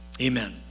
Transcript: Amen